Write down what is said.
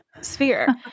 sphere